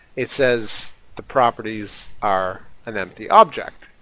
it says the properties are an empty object.